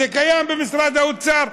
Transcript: זה קיים במשרד האוצר,